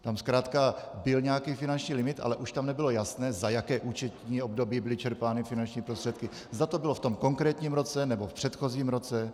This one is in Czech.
Tam zkrátka byl nějaký finanční limit, ale už tam nebylo jasné, za jaké účetní období byly čerpány finanční prostředky, zda to bylo v tom konkrétním roce, nebo v předchozím roce.